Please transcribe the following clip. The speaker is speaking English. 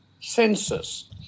census